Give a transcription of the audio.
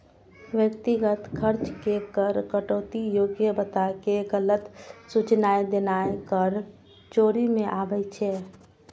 व्यक्तिगत खर्च के कर कटौती योग्य बताके गलत सूचनाय देनाय कर चोरी मे आबै छै